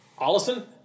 Allison